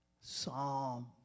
Psalm